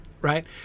right